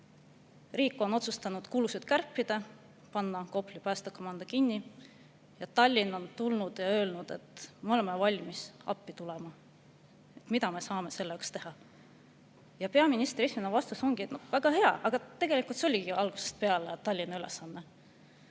Riik on otsustanud kulusid kärpida, panna Kopli päästekomando kinni ja Tallinn on tulnud ja öelnud: "Me oleme valmis appi tulema. Mida me saame selle jaoks teha?" Ja peaministri esimene vastus oli: väga hea, aga tegelikult see oligi algusest peale Tallinna ülesanne.